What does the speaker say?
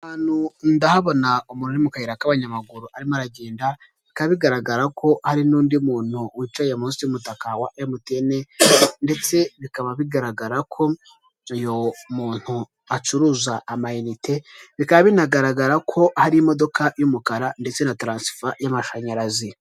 Ahantu ndahabona umuntu mu kayira k'abanyamaguru arimo aragenda bika bigaragara ko hari n'undi muntu wicaye munsi y'umutaka wa MTN ndetse bikaba bigaragara ko uyu muntu acuruza amayinite bikaba binagaragara ko hari imodoka y'umukara ndetse na taransifa y'amashanyarazi.